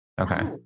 Okay